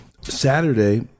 Saturday